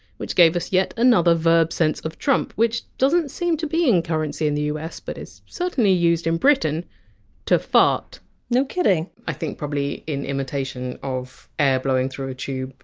which gave us yet another verb sense of! trump, which doesn't seem to be in currency in the us but is certainly used in britain to fart no kidding i think probably in imitation of air blowing through a tube,